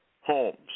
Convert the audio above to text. homes